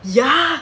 ya